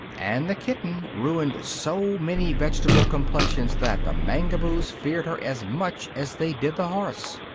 and the kitten ruined so many vegetable complexions that the mangaboos feared her as much as they did the horse.